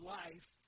life